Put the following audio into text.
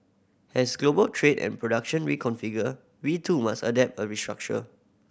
as global trade and production reconfigure we too must adapt and restructure